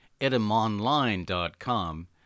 edamonline.com